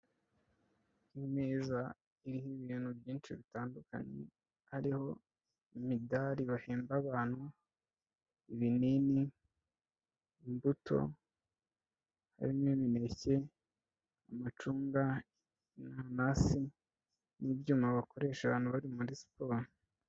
Ni imeza iriho ibintu byinshi bitandukanye, hariho imidari bahemba abantu, ibinini, imbuto, harimo imineke, amacunga, inanasi, n'ibyuma bakoresha abantu bari muri siporo.